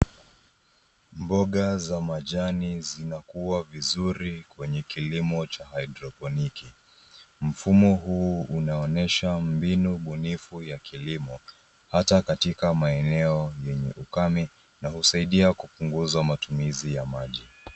Mboga za majani zinakuwa vizuri kwenye kilimo cha hydroponiki, mfumo huu unaonyesha mbinu bunifu ya kilimo hata katika maeneo yenye ukame na usaidia kupunguza matumizi ya maji.